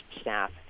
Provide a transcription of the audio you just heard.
staff